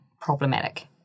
problematic